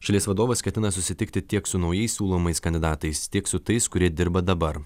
šalies vadovas ketina susitikti tiek su naujai siūlomais kandidatais tiek su tais kurie dirba dabar